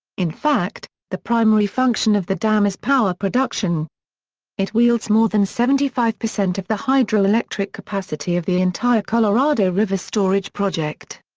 in fact, the primary function of the dam is power production it wields more than seventy five percent of the hydroelectric capacity of the entire colorado river storage project.